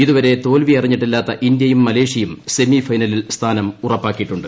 ഇതുവരെ തോൽവിയറിഞ്ഞിട്ടില്ലാത്ത ഇന്ത്യയും മലേഷ്യയും സെമിഫൈനലിൽ സ്ഥാനം ഉറപ്പിച്ചിട്ടുണ്ട്